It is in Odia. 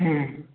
ହୁଁ